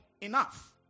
enough